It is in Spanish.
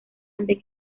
antes